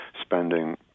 spending